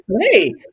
hey